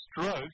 Stroke